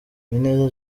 uwineza